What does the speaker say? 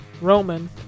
Roman